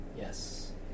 Yes